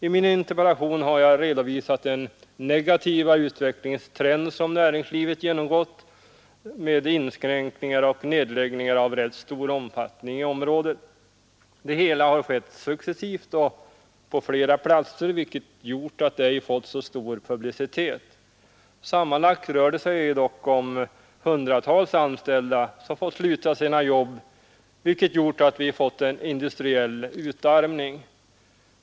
I min interpellation har jag redovisat den negativa utvecklingstrend som näringslivet genomgått med inskränkningar och nedläggningar av rätt 137 stor omfattning i området. Det hela har skett successivt och på flera platser, varför det ej fått så stor publicitet. Sammanlagt rör det sig dock om hundratals anställda som fått sluta sina jobb, vilket gjort att vi fått en industriell utarmning.